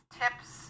tips